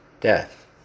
death